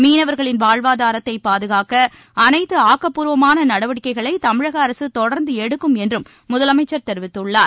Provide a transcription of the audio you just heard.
மீனவர்களின் வாழ்வாதாரத்தை பாதுகாக்க அனைத்து ஆக்கப்பூர்வமான நடவடிக்கைகளை தமிழக அரசு தொடர்ந்து எடுக்கும் என்றும் முதலமைச்சர் தெரிவித்துள்ளார்